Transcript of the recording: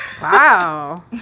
Wow